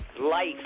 life